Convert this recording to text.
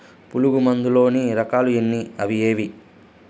పులుగు మందు లోని రకాల ఎన్ని అవి ఏవి?